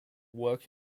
work